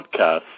podcast